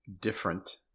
different